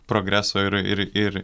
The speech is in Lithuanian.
progreso ir ir ir